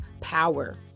power